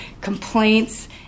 complaints